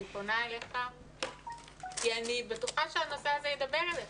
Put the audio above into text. אני פונה אליך כי אני בטוחה שהנושא הזה ידבר אליך,